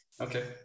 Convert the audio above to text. Okay